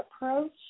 approach